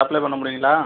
supply பண்ண முடியுங்களா